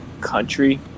country